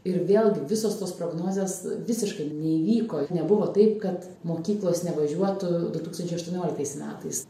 ir vėlgi visos tos prognozės visiškai neįvyko nebuvo taip kad mokyklos nevažiuotų du tūkstančiai aštuonioliktais metais